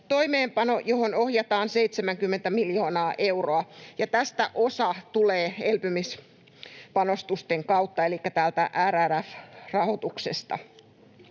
toimeenpano, johon ohjataan 70 miljoonaa euroa, ja tästä osa tulee elpymispanostusten kautta elikkä RRF-rahoituksesta.